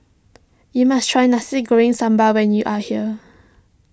you must try Nasi Goreng Sambal when you are here